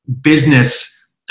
business